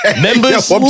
Members